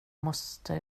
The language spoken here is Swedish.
måste